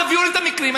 תביאו לי את המקרים,